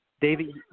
David